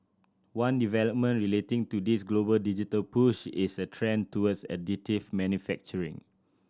one development relating to this global digital push is a trend towards additive manufacturing